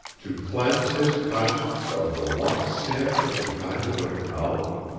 to cleanse his conscience of the one sin of the kind it would acknowledge?